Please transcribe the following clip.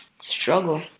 Struggle